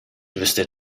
wüsste